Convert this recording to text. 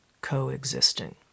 coexisting